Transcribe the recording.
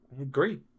Agree